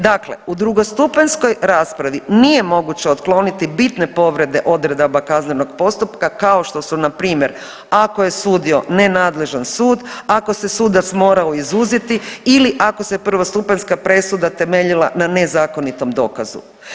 Dakle, u drugostupanjskoj raspravi nije moguće otkloniti bitne povrede odredbama kaznenog postupka kao što su npr. ako je sudio nenadležan sud, ako se sudac morao izuzeti ili ako se prvostupanjska presuda temeljila ne nezakonitom dokazu.